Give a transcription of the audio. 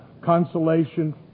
consolation